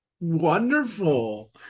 Wonderful